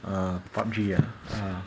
err PUB_G ah ah